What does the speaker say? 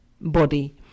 body